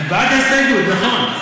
אנחנו בעד ההסתייגות, נכון.